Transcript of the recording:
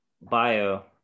bio